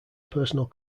personal